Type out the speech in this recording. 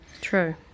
True